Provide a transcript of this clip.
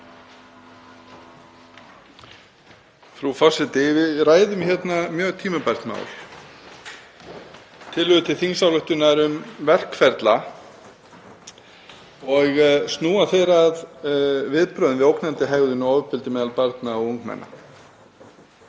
Frú forseti. Við ræðum mjög tímabært mál, tillögu til þingsályktunar um verkferla og snúa þeir að viðbrögðum við ógnandi hegðun og ofbeldi meðal barna og ungmenna.